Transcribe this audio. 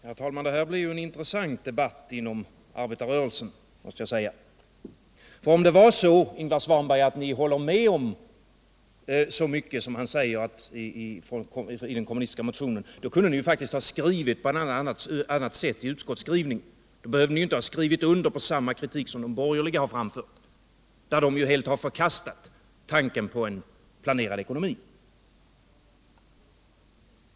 Herr talman! Det här blir on intressant debatt inom arbetarrörelsen. Om det är så. Ingvar Svanberg, att ni häller med om så mycket i den kommunistiska motionen, kunde ni faktiskt ha skrivit på eu annat sätt i utskottet. Då behövde ni inte ha skrivit under på samma kritik som den som de borgerliga har framfört, där man ju helt har förkastat tanken på en planerad ekonomi.